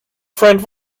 friend